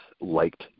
liked